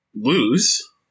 lose